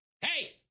hey